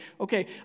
okay